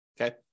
okay